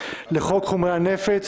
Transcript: יתרה